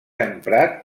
emprat